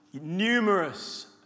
Numerous